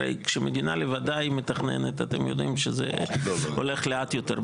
הרי כשמדינה בוודאי מתכננת אתם יודעים שזה הולך לאט יותר.